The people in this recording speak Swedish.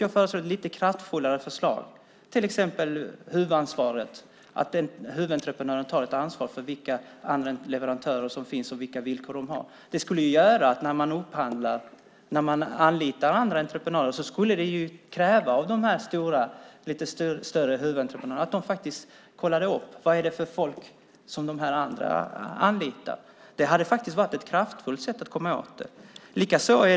Jag kom med ett lite kraftfullare förslag om huvudansvaret, att huvudentreprenören tar ansvar för andra leverantörer och vilka villkor de har. Det skulle kräva av de lite större huvudentreprenörerna att de när de upphandlar och anlitar andra entreprenörer kollade upp vad det är för folk som de andra anlitar. Det hade varit ett kraftfullt sätt att komma åt det.